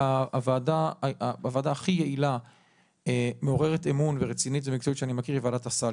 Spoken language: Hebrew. הוועדה הכי יעילה מעוררת אמון ורצינית ומקצועית שאני מכיר היא ועדת הסל,